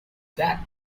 that